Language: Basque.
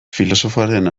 filosofoaren